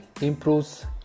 improves